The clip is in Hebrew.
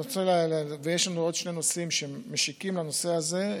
יש לנו עוד שני נושאים שמשיקים לנושא הזה,